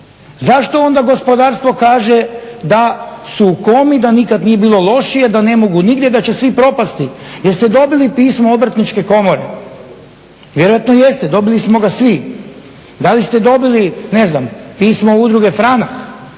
zašto onda gospodarstvo kaže da su u komi, da nikad nije bilo lošije, da ne mogu nigdje, da će svi propasti. Jeste dobili pismo Obrtničke komore? Vjerojatno jeste, dobili smo ga svi. Da li ste dobili pismo Udruge Franak,